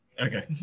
Okay